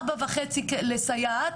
ארבע וחצי לסייעת,